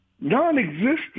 non-existent